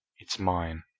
it's mine!